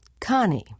Connie